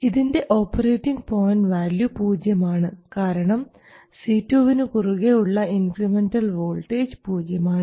ഇതിൻറെ operating point value പൂജ്യമാണ് കാരണം C2 വിന് കുറുകെയുള്ള ഇൻക്രിമെൻറൽ വോൾട്ടേജ് പൂജ്യമാണ്